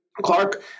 Clark